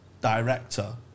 director